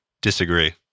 Disagree